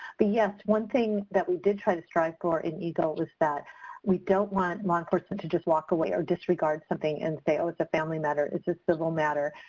ah one thing that we did try to strive for in eagle is that we don't want law enforcement to just walk away or disregard something and say oh it's a family matter, it's a civil matter.